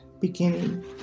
beginning